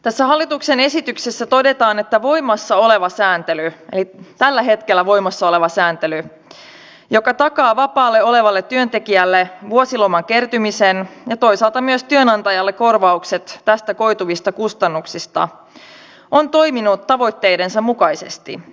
tässä hallituksen esityksessä todetaan että tällä hetkellä voimassa oleva sääntely joka takaa vapaalla olevalle työntekijälle vuosiloman kertymisen ja toisaalta myös työnantajalle korvaukset tästä koituvista kustannuksista on toiminut tavoitteidensa mukaisesti